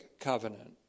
covenant